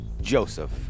Joseph